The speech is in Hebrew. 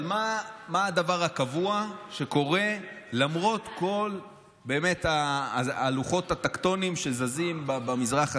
אבל מה הדבר הקבוע שקורה למרות כל הלוחות הטקטוניים שזזים במזרח התיכון?